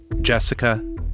Jessica